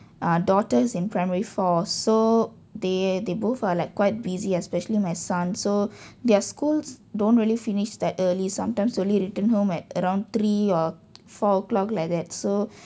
ah daughter's in primary four so they they both are like quite busy especially my son so their schools don't really finish that early sometimes only return home at around three or four o'clock like that so